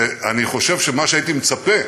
ואני חושב שמה שהייתי מצפה